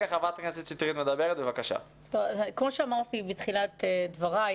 כמו שאמרתי בתחילת דבריי,